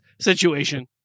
situation